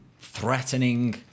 threatening